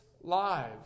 lives